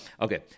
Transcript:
Okay